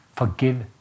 Forgive